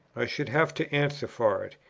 i should have to answer for it,